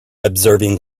observing